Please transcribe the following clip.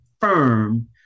firm